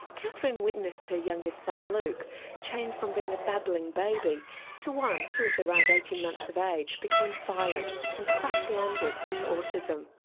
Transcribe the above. kathryn witnessed her youngest son luke change from being a babbling baby to one who, at around eighteen months of age, became silent and crashed-landed into autism.